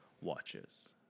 watches